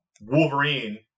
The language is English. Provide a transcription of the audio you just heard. Wolverine